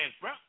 bro